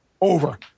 Over